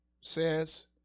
says